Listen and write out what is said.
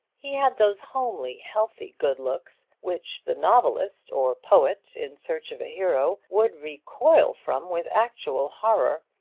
he had those homely, healthy good looks which the novelist or poet in search of a hero would recoil from with actual horror,